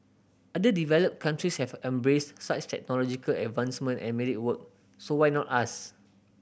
other developed countries have embraced such technological advancement and made it work so why not us